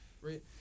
right